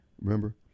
Remember